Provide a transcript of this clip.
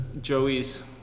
Joey's